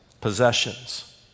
possessions